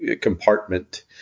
compartment